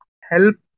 help